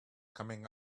coming